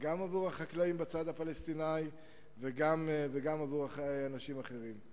גם לחקלאים בצד הפלסטיני וגם לאנשים אחרים.